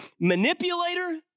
manipulator